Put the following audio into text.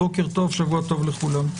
בוקר טוב, שבוע טוב לכולם.